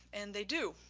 and they do.